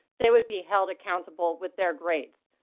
they would be held accountable with their grades.